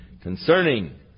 concerning